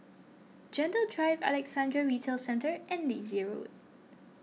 Gentle Drive Alexandra Retail Centre and Daisy Road